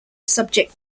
subject